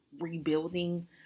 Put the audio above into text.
rebuilding